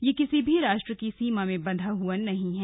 यह किसी भी राष्ट्र की सीमा में बंधा हुआ नहीं है